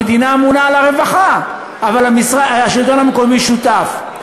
המדינה אמונה על הרווחה, אבל השלטון המקומי שותף.